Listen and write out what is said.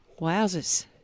Wowzers